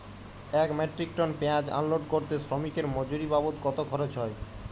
এক metric ton পেঁয়াজ unload করতে শ্রমিকের মজুরি বাবদ কত খরচ হয়?